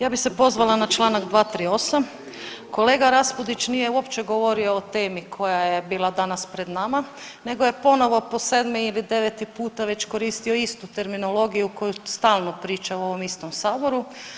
Ja bih se pozvala na čl. 238., kolega Raspudić nije uopće govorio o temi koja je bila danas pred nama nego je ponovo po 7. ili 9. puta već koristio istu terminologiju koju stalo priča u ovom istom saboru.